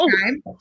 time